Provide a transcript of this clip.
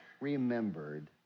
remembered